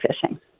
fishing